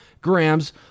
grams